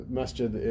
masjid